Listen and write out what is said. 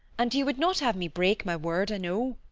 and you would not have me break my word, i know.